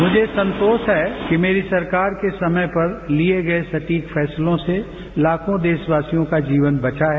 मुझे संतोष है कि मेरी सरकार के समय पर लिए गए सटीक फैसलों से लाखों देशवासियों का जीवन बचा है